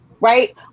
right